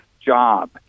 job